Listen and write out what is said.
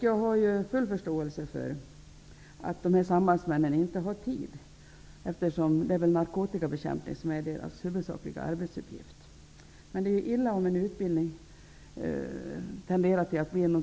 Jag har full förståelse för att sambandsmännen inte har tid, eftersom det är narkotikabekämpning som är deras huvudsakliga arbetsuppgift. Men det är illa om en utbildning ersätts med ett samtal.